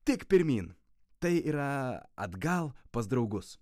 tik pirmyn tai yra atgal pas draugus